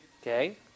Okay